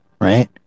right